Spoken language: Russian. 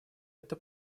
это